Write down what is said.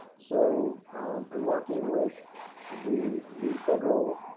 so in working with the the federal